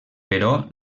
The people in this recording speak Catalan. però